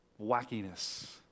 Wackiness